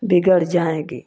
बिगड़ जाएंगी